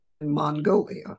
Mongolia